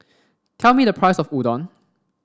tell me the price of Udon